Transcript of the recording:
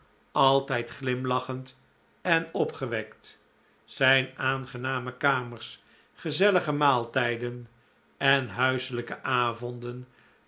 altijd glimlachend en opgewekt zijn aangename kamers gezellige maaltijden en huiselijke avonden